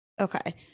Okay